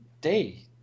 day